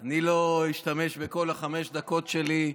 אני לא אשתמש בכל חמש הדקות שלי,